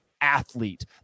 athlete